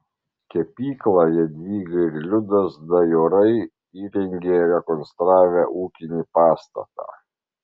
kepyklą jadvyga ir liudas dajorai įrengė rekonstravę ūkinį pastatą